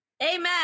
Amen